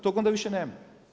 Toga onda više nema.